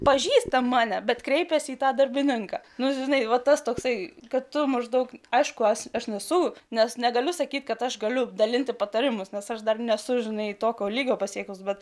pažįsta mane bet kreipiasi į tą darbininką nu žinai va tas toksai kad tu maždaug aišku aš aš nesu nes negaliu sakyti kad aš galiu dalinti patarimus nes aš dar nesužinai tokio lygio pasiekus bet